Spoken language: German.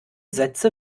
sätze